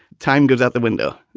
time goes out the window.